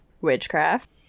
witchcraft